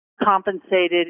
compensated